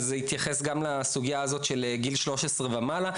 וזה יתייחס גם לסוגיה הזו של גיל שלוש עשרה ומעלה,